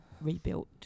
rebuilt